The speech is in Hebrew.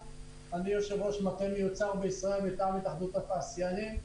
אני יושב-ראש מטה "מיוצר בישראל" מטעם התאחדות התעשיינים.